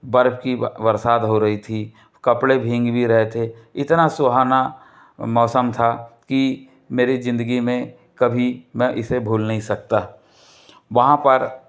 बर्फ़ की बरसात हो रही थी कपड़े भीग भी रहे थे इतना सुहाना मौसम था कि मेरी जिन्दगी में कभी मैं इसे भूल नहीं सकता वहाँ पर